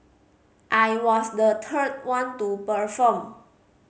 I was the third one to perform